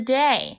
day